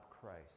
Christ